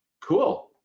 cool